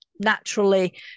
naturally